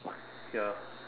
ya